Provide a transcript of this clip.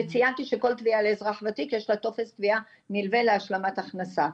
וצינתי שכל תביעה לאזרח ותיק יש לה טופס תביעה נלווה להשלמת הכנסה,